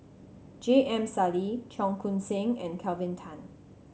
J M Sali Cheong Koon Seng and Kelvin Tan